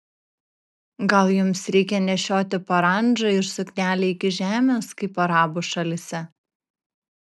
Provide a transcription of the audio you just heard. gal jums reikia nešioti parandžą ir suknelę iki žemės kaip arabų šalyse